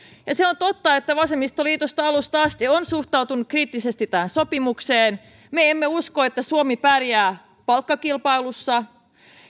se on totta että vasemmistoliitto alusta asti on suhtautunut kriittisesti tähän sopimukseen me emme usko että suomi pärjää palkkakilpailussa